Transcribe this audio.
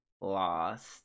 lost